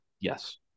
Yes